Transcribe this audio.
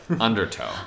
Undertow